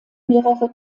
mehrere